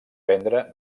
vendre